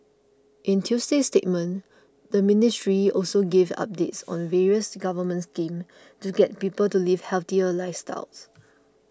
in Tuesday's statement the ministry also gave updates on various government schemes to get people to live healthier lifestyles